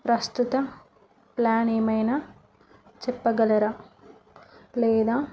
ప్రస్తుత ప్లాన్ ఏమైనా చెప్పగలరా లేదా